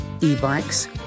e-bikes